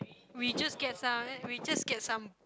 we just get some uh we just get some